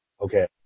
okay